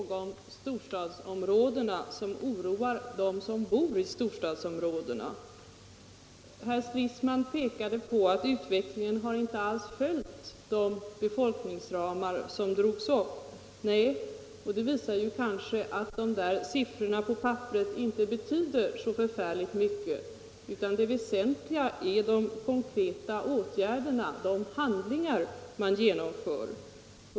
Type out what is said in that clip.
Fru talman! Det är just centerns ”realism” i fråga om storstadsområdena som oroar dem som bor i storstadsområdena. Herr Stridsman pekade på att utvecklingen inte alls har följt de befolkningsramar som drogs upp. Nej, det har den inte gjort, och det visar kanske att de där siffrorna på papperet inte betyder så förfärligt mycket, utan det väsentliga är de konkreta åtgärderna, de handlingar man utför.